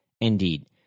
Indeed